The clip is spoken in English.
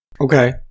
Okay